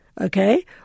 Okay